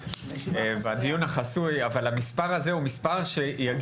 אבל המספר הזה הוא מספר שיגיד מה המשאבים שיצטרכו.